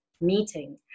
meeting